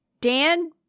dan